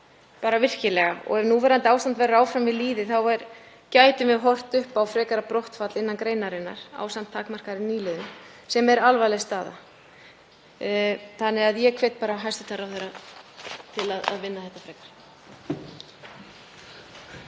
bara virkilega. Og ef núverandi ástand verður áfram við lýði gætum við horft upp á frekara brottfall innan greinarinnar ásamt takmarkaðri nýliðun sem er alvarleg staða. Þannig að ég hvet hæstv. ráðherra til að vinna þetta frekar.